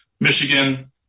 Michigan